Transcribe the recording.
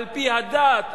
על-פי הדת,